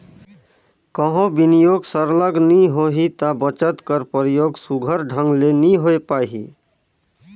कहों बिनियोग सरलग नी होही ता बचत कर परयोग सुग्घर ढंग ले नी होए पाही